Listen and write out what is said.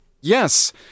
Yes